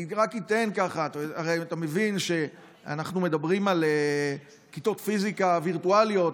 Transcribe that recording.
אתה הרי מבין שאנחנו מדברים על כיתות פיזיקה וירטואליות,